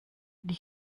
die